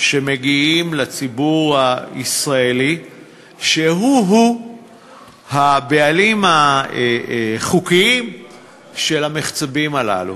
שמגיעים לציבור הישראלי שהוא-הוא הבעלים החוקיים של המחצבים הללו.